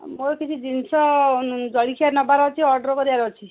ମୋର କିଛି ଜିନିଷ ଜଳଖିଆ ନେବାର ଅଛି ଅର୍ଡ଼ର୍ କରିବାର ଅଛି